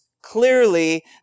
clearly